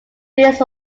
these